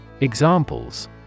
Examples